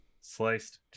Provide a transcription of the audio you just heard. Sliced